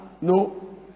no